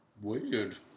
Weird